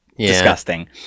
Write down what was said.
disgusting